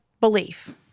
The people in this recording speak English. belief